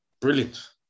brilliant